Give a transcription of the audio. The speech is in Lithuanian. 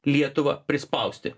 lietuvą prispausti